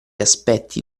aspetti